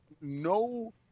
no